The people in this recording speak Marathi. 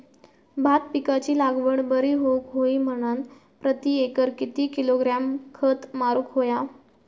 भात पिकाची लागवड बरी होऊक होई म्हणान प्रति एकर किती किलोग्रॅम खत मारुक होया?